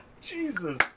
Jesus